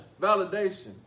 validation